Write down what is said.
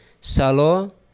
salo